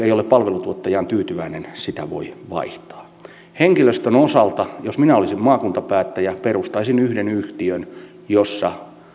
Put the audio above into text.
ei ole palveluntuottajaan tyytyväinen sitä voi vaihtaa henkilöstön osalta jos minä olisin maakuntapäättäjä perustaisin yhden yhtiön jossa